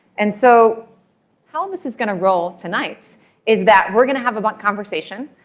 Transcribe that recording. and so how and this is going to roll tonight is that we're going to have a but conversation.